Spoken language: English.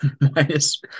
minus